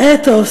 האתוס,